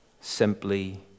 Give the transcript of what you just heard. simply